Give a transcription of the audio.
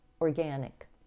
organic